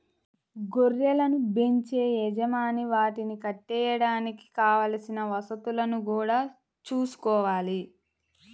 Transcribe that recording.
గొర్రెలను బెంచే యజమాని వాటిని కట్టేయడానికి కావలసిన వసతులను గూడా చూసుకోవాలి